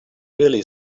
really